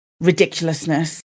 ridiculousness